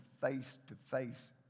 face-to-face